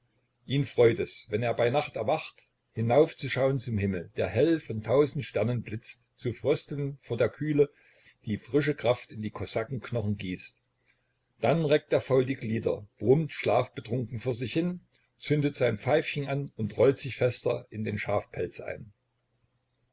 ihn freut es wenn er bei nacht erwacht hinaufzuschaun zum himmel der hell von tausend sternen blitzt zu frösteln vor der kühle die frische kraft in die kosakenknochen gießt dann reckt er faul die glieder brummt schlafbetrunken vor sich hin zündet sein pfeifchen an und rollt sich fester in den schafpelz ein